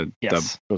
Yes